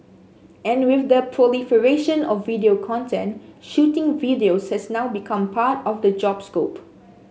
and with the proliferation of video content shooting videos has now become part of the job scope